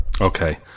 Okay